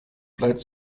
bleibt